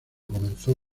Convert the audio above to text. comenzó